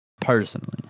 Personally